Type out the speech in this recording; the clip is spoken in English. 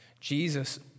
Jesus